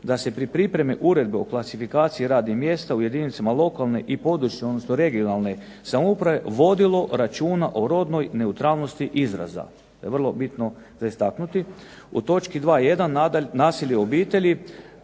da se pri pripremi Uredbe o klasifikaciji radnih mjesta u jedinicama lokalne i područne odnosno regionalne samouprave vodilo računa o rodnoj neutralnosti izraza. To je vrlo bitno za istaknuti. U točki 2.1.-Nasilje u obitelji